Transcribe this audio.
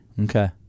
Okay